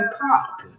pop